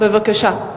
בבקשה.